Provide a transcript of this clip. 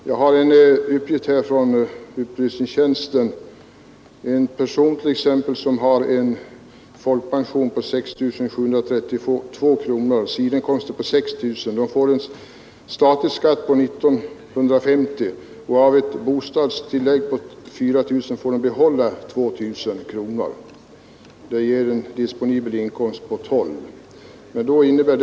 Jag har en uppgift från riksdagens upplysningstjänst att en person som har en folkpension på 6 732 kronor och sidoinkomster på 6 000 kronor får en statlig och kommunal skatt av 1 950 kronor. Av ett bostadstillägg på 4 000 kronor får han behålla 2 000 kronor. Detta ger en disponibel inkomst av 12 782 kronor.